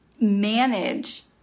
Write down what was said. manage